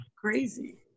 crazy